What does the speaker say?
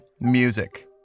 music